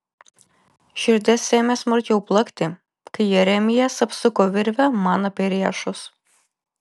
širdis ėmė smarkiau plakti kai jeremijas apsuko virvę man apie riešus